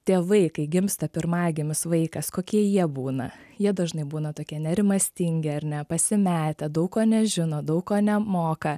tėvai kai gimsta pirmagimis vaikas kokie jie būna jie dažnai būna tokie nerimastingi ar ne pasimetę daug ko nežino daug ko nemoka